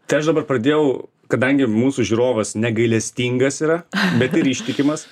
tai aš dabar pradėjau kadangi mūsų žiūrovas negailestingas yra bet ir ištikimas